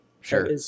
Sure